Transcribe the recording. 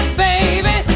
baby